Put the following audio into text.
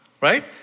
Right